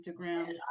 Instagram